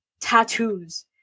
Tattoos